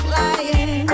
lying